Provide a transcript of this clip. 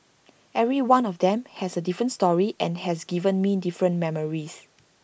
every one of them has A different story and has given me different memories